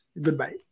goodbye